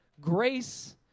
grace